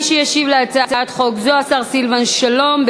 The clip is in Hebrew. מי שישיב על הצעת חוק זו הוא השר סילבן שלום,